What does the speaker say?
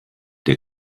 der